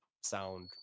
sound